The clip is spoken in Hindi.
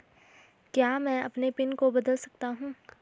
क्या मैं अपने पिन को बदल सकता हूँ?